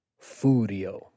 Furio